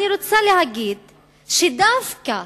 אני רוצה להגיד שדווקא